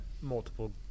multiple